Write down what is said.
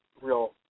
real